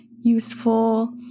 useful